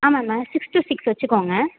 ஆமாம் ma'am six to six வச்சுக்கோங்க